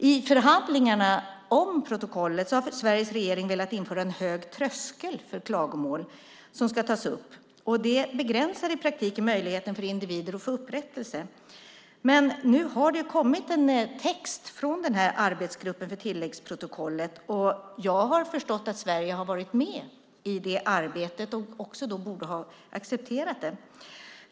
I förhandlingarna om protokollet har Sveriges regering velat införa en hög tröskel för klagomål som ska tas upp. Det begränsar i praktiken möjligheten för individer att få upprättelse. Nu har det kommit en text från den här arbetsgruppen för tilläggsprotokollet. Jag har förstått att Sverige har varit med i det arbetet och då också borde ha accepterat det.